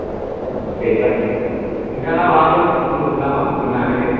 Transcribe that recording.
औ औ दे जागोन दे नोंथाङा माबाफोर बुंग्रोनो नामा बुंग्रोनो हागोन दे